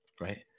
right